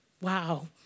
wow